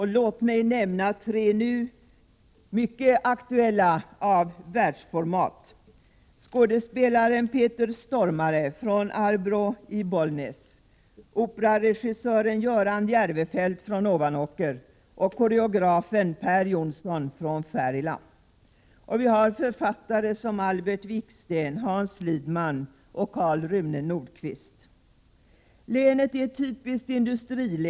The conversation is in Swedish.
Jag vill nämna tre nu mycket aktuella kulturarbetare av världsformat: skådespelaren Peter Stormare från Arbrå i Bollnäs, operaregissören Göran Järvefelt från Ovanåker och koreografen Per Jonsson från Färila. Vidare har vi författare som Albert Viksten, Hans Lidman och Karl Rune Nordkvist. Länet är ett typiskt industrilän.